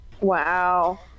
Wow